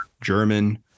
German